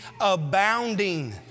abounding